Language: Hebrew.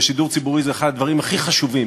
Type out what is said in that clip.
ושידור ציבורי הוא אחד הדברים הכי חשובים,